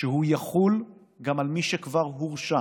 שגם על מי שכבר הורשע